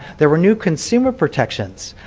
there were new consumer protections.